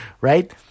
right